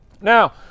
Now